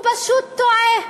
הוא פשוט טועה.